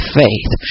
faith